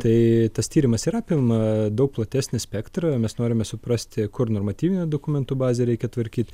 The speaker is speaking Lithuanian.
tai tas tyrimas ir apima daug platesnį spektrą mes norime suprasti kur normatyvinių dokumentų bazę reikia tvarkyt